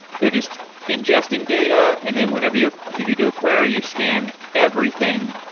they're just ingesting data, and then whenever you you do a query, you scan everything.